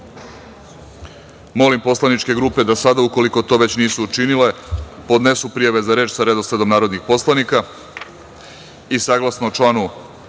došli. Molim poslaničke grupe da sada, ukoliko to već nisu učinile, podnesu prijave za reč sa redosledom narodnih poslanika. Saglasno članu